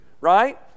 right